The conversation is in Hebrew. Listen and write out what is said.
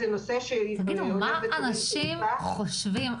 מה אנשים חושבים?